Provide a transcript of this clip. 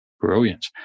Brilliant